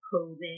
covid